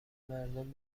مردم